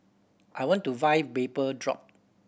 I want to buy Vapodrop